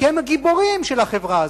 כי הם הגיבורים של החברה הזאת.